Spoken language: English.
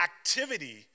activity